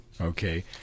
Okay